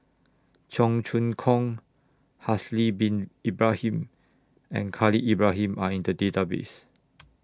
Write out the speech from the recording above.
Cheong Choong Kong Haslir Bin Ibrahim and Khalil Ibrahim Are in The Database